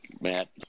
Matt